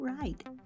right